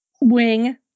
wing